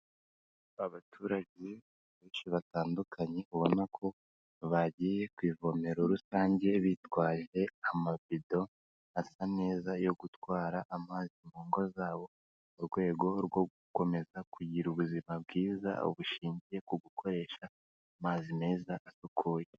Abaturage benshi batandukanye, ubona ko bagiye ku ivomero rusange bitwaje amabido asa neza yo gutwara amazi mu ngo zabo, mu rwego rwo gukomeza kugira ubuzima bwiza bushingiye ku gukoresha amazi meza asukuye.